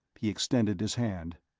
he extended his hand.